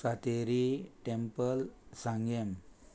Sateri temple Sanguem